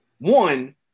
one